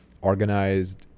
organized